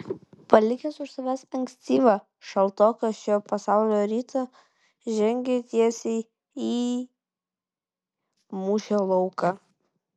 palikęs už savęs ankstyvą šaltoką šio pasaulio rytą žengė tiesiai į mūšio lauką